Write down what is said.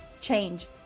change